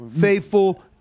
faithful